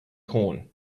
corn